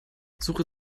suche